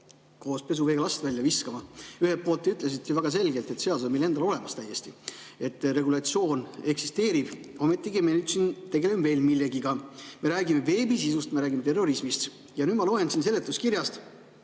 koos pesuveega last välja viskama. Ühelt poolt te ütlesite väga selgelt, et seadus on meil endal täiesti olemas. Regulatsioon eksisteerib. Ometigi me nüüd siin tegeleme veel millegagi. Me räägime veebisisust. Me räägime terrorismist. Ja nüüd ma loen siit seletuskirjast,